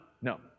no